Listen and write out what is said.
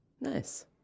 Nice